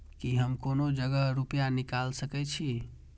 की हम कोनो जगह रूपया निकाल सके छी?